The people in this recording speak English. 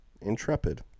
Intrepid